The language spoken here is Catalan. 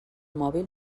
mòbil